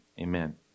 amen